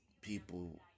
people